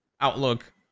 outlook